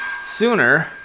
sooner